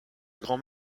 grand